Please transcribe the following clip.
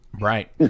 Right